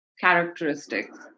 characteristics